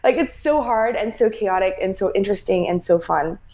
like it's so hard, and so chaotic, and so interesting, and so fun.